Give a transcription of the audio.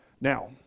Now